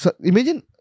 imagine